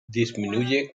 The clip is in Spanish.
disminuye